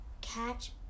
catch